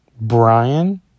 Brian